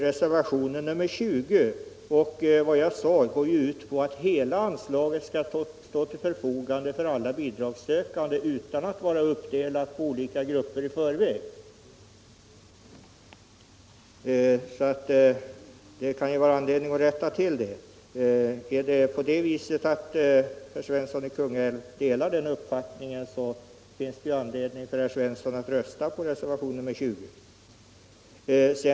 Reservationen 20 går liksom mitt anförande gjorde ut på att hela anslaget skall stå till förfogande för alla bidragssökande utan att i förväg vara uppdelat på olika grupperingar. Det kan vara anledning att rätta till detta missförstånd. Är det så att herr Svensson i Kungälv .delar denna uppfattning finns det ju anledning för herr Svensson att rösta för reservationen 20.